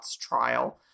trial